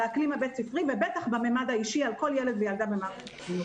על האקלים הבית-ספרי ובטח בממד האישי על כל ילד וילדה במערכת החינוך.